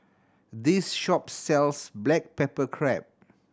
this shop sells black pepper crab